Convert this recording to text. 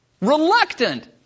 reluctant